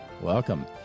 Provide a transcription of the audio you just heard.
Welcome